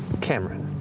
cameron.